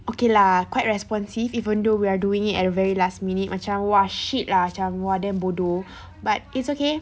okay lah quite responsive even though we're doing it at a very last minute macam !wah! shit lah macam !wah! damn bodoh but it's okay